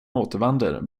återvänder